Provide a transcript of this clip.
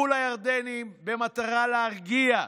מול הירדנים, במטרה להרגיע.